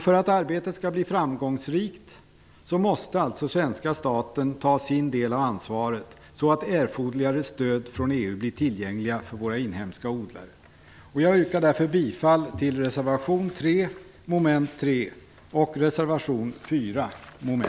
För att arbetet skall bli framgångsrikt måste svenska staten ta sin del av ansvaret, så att erforderliga stöd från EU blir tillgängliga för våra inhemska odlare. Jag yrkar därför bifall till reservation 3, mom. 3